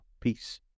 Peace